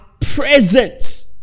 present